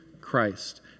Christ